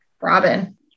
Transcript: Robin